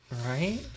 right